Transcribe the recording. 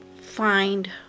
find